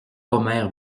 omer